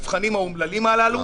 לנבחנים האומללים הללו,